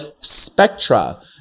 spectra